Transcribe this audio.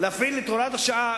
להפעיל את הוראת השעה,